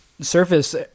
Surface